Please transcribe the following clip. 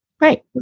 Right